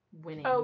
winning